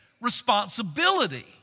responsibility